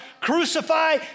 Crucify